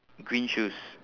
green shoes